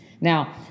Now